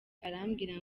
arambwira